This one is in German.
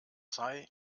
sei